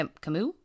Camus